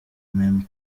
mme